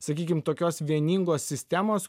sakykim tokios vieningos sistemos